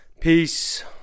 Peace